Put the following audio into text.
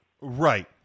Right